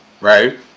Right